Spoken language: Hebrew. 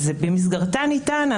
אז "במסגרתה ניתן",